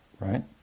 right